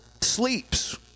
sleeps